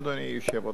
אדוני היושב-ראש,